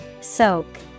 Soak